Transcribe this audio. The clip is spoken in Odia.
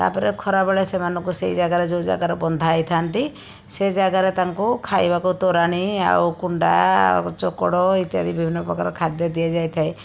ତା'ପରେ ଖରାବେଳେ ସେମାନଙ୍କୁ ସେହି ଜାଗାରେ ଯେଉଁ ଜାଗାରେ ବନ୍ଧା ହେଇଥାନ୍ତି ସେ ଜାଗାରେ ତାଙ୍କୁ ଖାଇବାକୁ ତୋରାଣି ଆଉ କୁଣ୍ଡା ଆଉ ଚୋକଡ଼ ଇତ୍ୟାଦି ବିଭିନ୍ନପ୍ରକାର ଖାଦ୍ୟ ଦିଆଯାଇଥାଏ